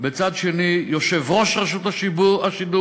בצד שני יושב-ראש רשות השידור.